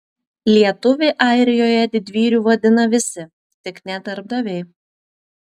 lietuvį airijoje didvyriu vadina visi tik ne darbdaviai